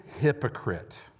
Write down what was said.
hypocrite